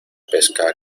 pesca